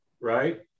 Right